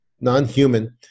non-human